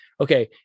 okay